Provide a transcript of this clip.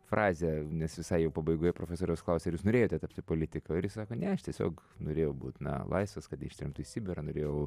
frazę nes visai jau pabaigoje profesoriaus klausia ar jūs norėjote tapti politiku ir jis sako ne aš tiesiog norėjau būt na laisvas kad neištremtų į sibirą norėjau